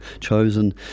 chosen